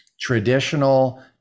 traditional